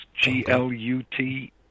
G-L-U-T